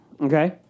Okay